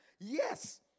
yes